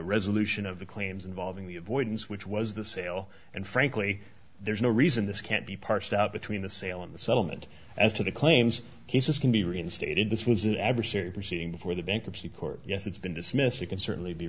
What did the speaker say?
resolution of the claims involving the avoidance which was the sale and frankly there's no reason this can't be parsed out between the sale and the settlement as to the claims he says can be reinstated this was an adversary proceeding before the bankruptcy court you it's been dismissed it can